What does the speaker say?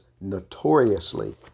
notoriously